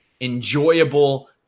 enjoyable